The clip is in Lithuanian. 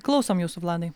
klausom jūsų vladai